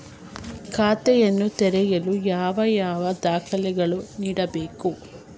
ಖಾತೆಯನ್ನು ತೆರೆಯಲು ಯಾವ ಯಾವ ದಾಖಲೆಗಳನ್ನು ನೀಡಬೇಕು?